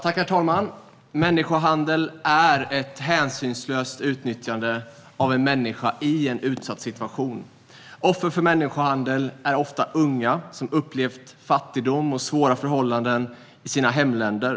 Herr talman! Människohandel är ett hänsynslöst utnyttjande av en människa i en utsatt situation. Offer för människohandel är ofta unga som upplevt fattigdom och svåra förhållanden i sina hemländer.